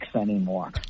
anymore